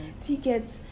tickets